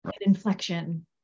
inflection